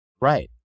Right